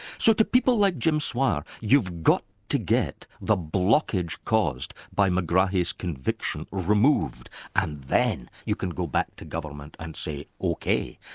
so to people like jim swire you've got to get the blockage caused by megrahi's conviction removed, and then you can go back to government and say ok,